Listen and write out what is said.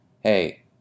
hey